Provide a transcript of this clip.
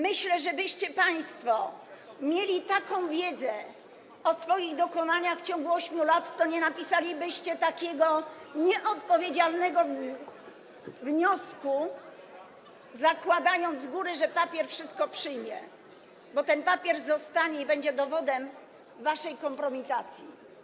Myślę, że gdybyście mieli państwo taką wiedzę o swoich dokonaniach w ciągu 8 lat, to nie napisalibyście takiego nieodpowiedzialnego wniosku, zakładając z góry, że papier wszystko przyjmie, bo ten papier zostanie i będzie dowodem waszej kompromitacji.